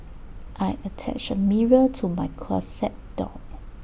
I attached A mirror to my closet door